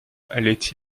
allait